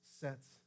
sets